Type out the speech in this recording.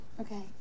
Okay